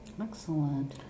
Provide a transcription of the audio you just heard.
Excellent